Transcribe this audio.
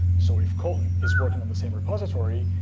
so if colton is working on the same repository,